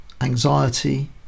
anxiety